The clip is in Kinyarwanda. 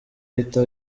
ahita